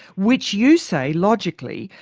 which you say, logically,